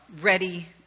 ready